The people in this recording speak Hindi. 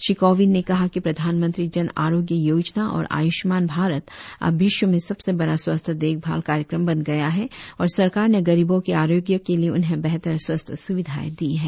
श्री कोविंद ने कहा कि प्रधानमंत्री जन आरोग्य योजना और आयुषमान भारत अब विश्व में सबसे बड़ा स्वास्थ्य देखभाल कार्यक्रम बन गया है और सरकार ने गरीबों के आरोग्य के लिए उन्हें बेहतर स्वास्थ्य सुविधाएं दी हैं